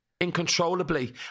incontrollably